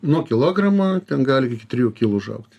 nuo kilogramo ten gali iki trijų kilų užaugt